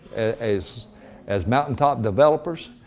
as as mountaintop developers,